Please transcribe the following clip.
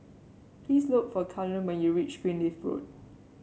please look for Kalen when you reach Greenleaf Road